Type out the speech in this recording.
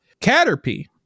caterpie